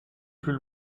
plus